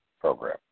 program